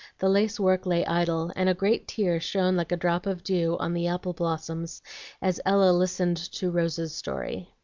the lace-work lay idle, and a great tear shone like a drop of dew on the apple blossoms as ella listened to rose's story.